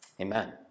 Amen